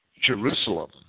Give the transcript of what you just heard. Jerusalem